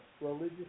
religious